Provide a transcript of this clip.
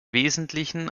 wesentlichen